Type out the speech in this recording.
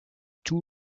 two